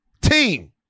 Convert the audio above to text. team